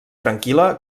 tranquil·la